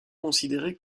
considéré